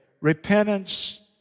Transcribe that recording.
repentance